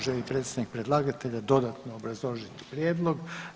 Želi li predstavnik predlagatelja dodatno obrazložiti prijedlog?